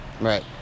right